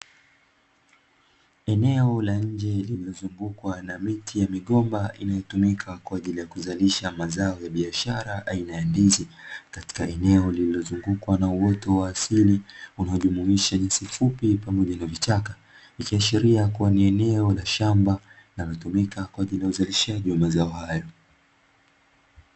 Eneo la nje lililozungukwa na miti ya migomba inayotumika kwa ajili ya kuzalisha mazao ya biashara aina ya ndizi, katika eneo lililozungukwa na uoto unaojumuisha nyasi fupi pamoja na vichaka ikiashiria kuwa ni eneo la shamba linalotumika kwa ajili ya uzalishaji wa mazao hayo.